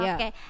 Okay